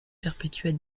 perpétuent